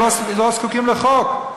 לא זקוקים לחוק.